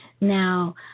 Now